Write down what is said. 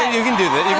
ah you can do it.